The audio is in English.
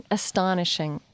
astonishing